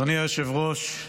אדוני היושב-ראש,